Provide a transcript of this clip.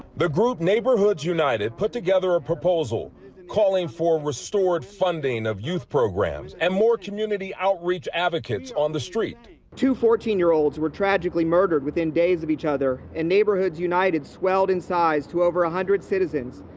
the group neighborhoods united put together a proposal and calling for restored funding of youth programs and mawr community outreach advocates on the street to fourteen year olds were tragically murdered within days of each other and neighborhoods, united swelled in size to over one ah hundred citizens,